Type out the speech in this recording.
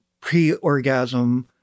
pre-orgasm